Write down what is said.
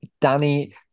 Danny